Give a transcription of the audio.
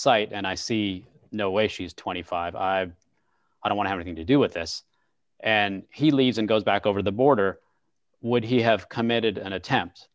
site and i see no way she's twenty five i don't want anything to do with this and he leaves and goes back over the border would he have committed an attempt